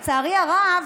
לצערי הרב